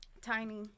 Tiny